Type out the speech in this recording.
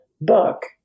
book